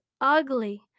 ugly